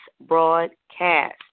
broadcast